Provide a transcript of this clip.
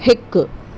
हिकु